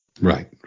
Right